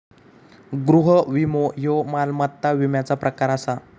गृह विमो ह्यो मालमत्ता विम्याचा प्रकार आसा